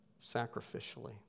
sacrificially